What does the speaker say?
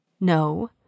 No